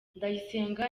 ndayisenga